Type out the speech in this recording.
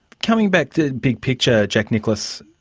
coming back to big-picture, jack nicholas,